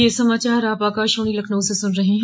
ब्रे क यह समाचार आप आकाशवाणी लखनऊ से सुन रहे हैं